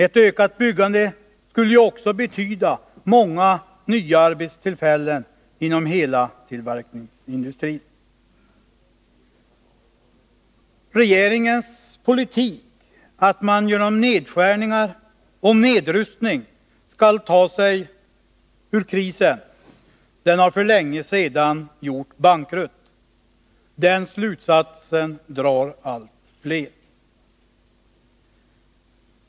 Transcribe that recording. Ett ökat byggande skulle ju också betyda många nya arbetstillfällen inom hela tillverkningsindustrin. Regeringens politik — att man genom nedskärningar och nedrustning skall ta sig ur krisen — har för länge sedan gjort bankrutt, den slutsatsen drar allt fler.